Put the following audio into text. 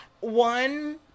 one